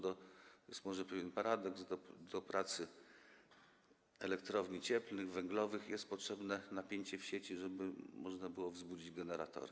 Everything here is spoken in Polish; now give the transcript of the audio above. To jest może pewien paradoks, że do pracy elektrowni cieplnych, węglowych jest potrzebne napięcie w sieci, żeby można było wzbudzić generatory.